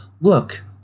Look